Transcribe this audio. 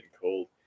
cold